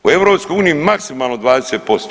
U EU maksimalno 20%